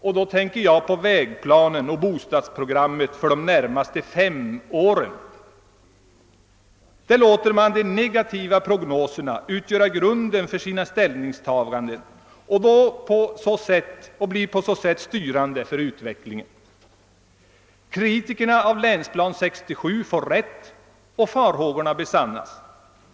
Jag tänker på vägplanen och bostadsprogrammet för de närmaste fem åren. Där låter man de negativa prognoserna utgöra grunden för sina ställningstaganden och på så sätt styra utvecklingen. Kritiken mot Länsplan 67 får rätt och farhågorna besannas.